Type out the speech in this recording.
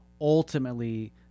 ultimately